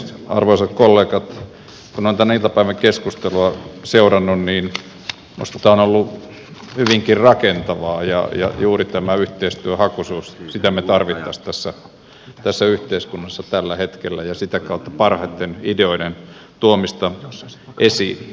kun on tämän iltapäivän keskustelua seurannut niin minusta tämä on ollut hyvinkin rakentavaa ja juuri tätä yhteistyöhakuisuutta me tarvitsisimme tässä yhteiskunnassa tällä hetkellä ja sitä kautta parhaiden ideoiden tuomista esiin